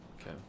Okay